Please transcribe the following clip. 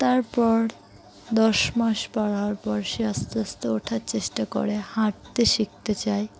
তারপর দশ মাস পাওয়ার পর সে আস্তে আস্তে ওঠার চেষ্টা করে হাঁটতে শিখতে চায়